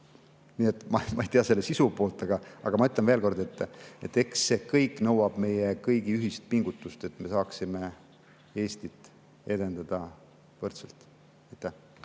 Ma ei tea selle sisu poolt, aga ma ütlen veel kord: eks see kõik nõuab meie kõigi ühist pingutust, et me saaksime võrdselt